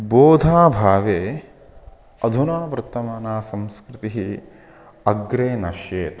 बोधाभावे अधुना वर्तमाना संस्कृतिः अग्रे नश्येत्